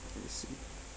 let me see